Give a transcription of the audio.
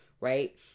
right